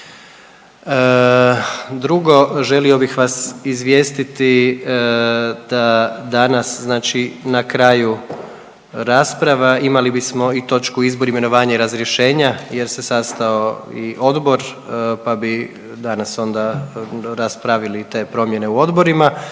Drugo, želio bih vas izvijestiti da danas, znači na kraju rasprava imali bismo i točku izbor, imenovanje i razrješenja jer se sastao i odbor, pa bi danas onda raspravili te promjene u odborima,